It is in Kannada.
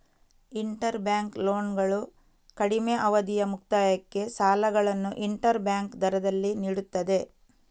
ಇಂಟರ್ ಬ್ಯಾಂಕ್ ಲೋನ್ಗಳು ಕಡಿಮೆ ಅವಧಿಯ ಮುಕ್ತಾಯಕ್ಕೆ ಸಾಲಗಳನ್ನು ಇಂಟರ್ ಬ್ಯಾಂಕ್ ದರದಲ್ಲಿ ನೀಡುತ್ತದೆ